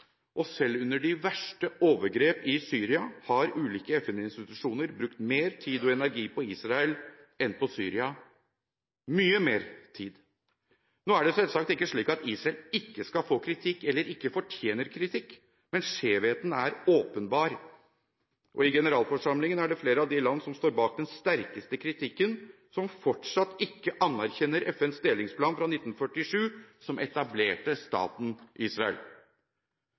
Selv under de verste overgrepene i Syria har ulike FN-institusjoner brukt mer tid og energi på Israel enn på Syria – mye mer tid. Nå er det selvsagt ikke slik at Israel ikke skal få kritikk eller ikke fortjener kritikk, men skjevheten er åpenbar. I generalforsamlingen er det flere av landene som står bak den sterkeste kritikken, som fortsatt ikke anerkjenner FNs delingsplan fra 1947, som etablerte staten Israel.